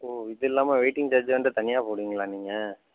ஓ இதில்லாமல் waiting charge வந்து தனியாக போடுவிங்களா நீங்கள்